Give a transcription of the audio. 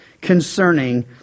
concerning